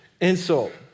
insult